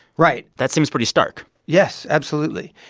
right that seems pretty stark yes, absolutely.